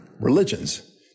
religions